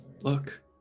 look